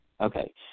Okay